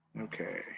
Okay